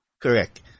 Correct